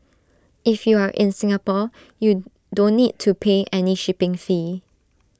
if you are in Singapore you don't need to pay any shipping fee